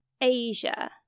Asia